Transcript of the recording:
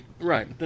right